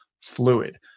fluid